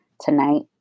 tonight